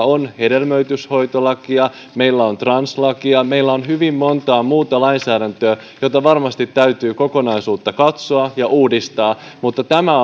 on hedelmöityshoitolakia meillä on translakia meillä on hyvin montaa muuta lainsäädäntöä joten varmasti täytyy kokonaisuutta katsoa ja uudistaa mutta tämä